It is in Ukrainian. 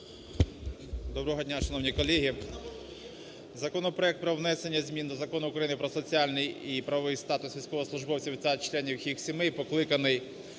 Доброго дня, шановні колеги! Законопроект про внесення змін до Закону України "Про соціальний і правовий статус військовослужбовців та членів їх сімей" покликаний